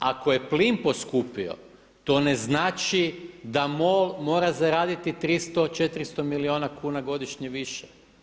Ako je plin poskupio to ne znači da MOL mora zaraditi 300, 400 milijuna kuna godišnje više.